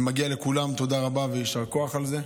ומגיע לכולם תודה רבה ויישר כוח על זה.